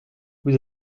vous